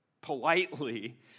politely